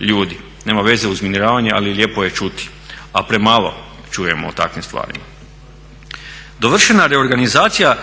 ljudi. Nema veze uz razminiravanje ali lijepo je čuti, a premalo čujemo o takvim stvarima. Dovršena reorganizacija,